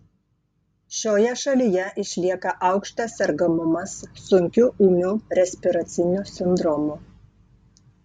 šioje šalyje išlieka aukštas sergamumas sunkiu ūmiu respiraciniu sindromu